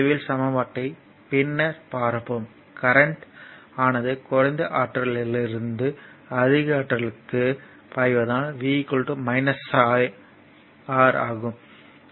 L சமன்பாட்டைப் பின்னர் பார்ப்போம் கரண்ட் ஆனது குறைந்த ஆற்றலிலிருந்து அதிக ஆற்றலுக்கு பாய்வதனால் V R ஆகும்